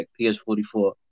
ps44